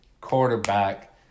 quarterback